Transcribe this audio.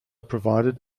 provided